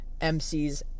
MCs